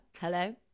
Hello